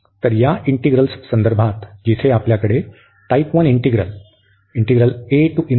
तर या इंटिग्रल्ससंदर्भात जिथे आपल्याकडे टाइप 1 इंटिग्रल आहे